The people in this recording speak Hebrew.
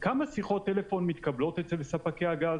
כמה שיחות טלפון מתקבלות אצל ספקי הגז?